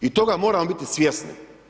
I toga moramo biti svjesni.